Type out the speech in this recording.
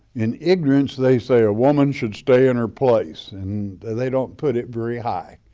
in ignorance, they say a woman should stay in her place and they don't put it very high.